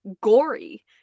gory